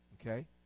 Okay